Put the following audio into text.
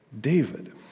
David